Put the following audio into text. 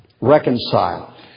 reconcile